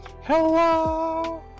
hello